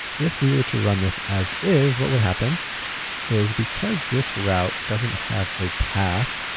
if we were to run this as is, what would happen is because this route doesn't have a path,